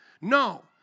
No